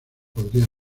podría